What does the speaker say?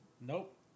nope